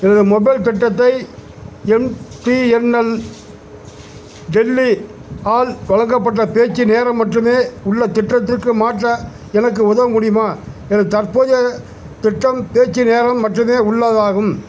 எனது மொபைல் திட்டத்தை எம்டிஎன்எல் டெல்லி ஆல் வழங்கப்பட்ட பேச்சு நேரம் மட்டுமே உள்ள திட்டத்திற்கு மாற்ற எனக்கு உதவ முடியுமா எனது தற்போதைய திட்டம் பேச்சு நேரம் மட்டுமே உள்ளதாகும்